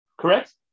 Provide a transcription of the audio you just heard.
Correct